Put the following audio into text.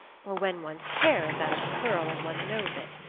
or when one's hair is out of curl and one knows it.